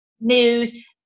news